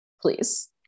please